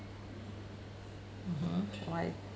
mmhmm why